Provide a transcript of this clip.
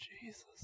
Jesus